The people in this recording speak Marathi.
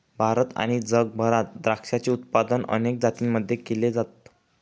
भारत आणि जगभरात द्राक्षाचे उत्पादन अनेक जातींमध्ये केल जात